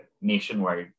nationwide